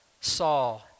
Saul